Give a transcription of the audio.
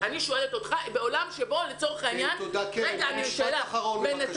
אני מעריך ואני לא